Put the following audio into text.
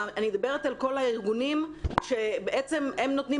אני מדברת על כל הארגונים שבעצם הם נותנים